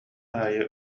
аайы